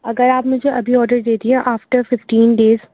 اگر آپ مجھے ابھی آڈر دے دیے آفٹر ففٹین ڈیز